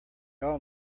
all